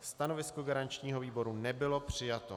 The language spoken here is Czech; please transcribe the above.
Stanovisko garančního výboru nebylo přijato.